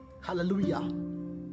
Hallelujah